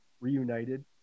reunited